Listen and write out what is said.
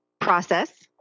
process